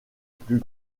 plus